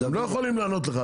הם לא יכולים לענות לך,